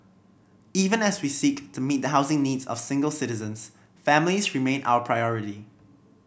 even as we seek to meet the housing needs of single citizens families remain our priority